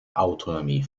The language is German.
autonomie